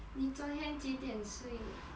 你昨天几点睡